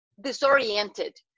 disoriented